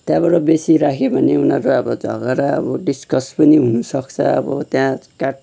त्यहाँबाट बेसी राख्यो भने उनीहरू अब झगडा अब डिस्कस पनि हुनसक्छ अब त्यहाँ काट